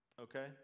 okay